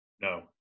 No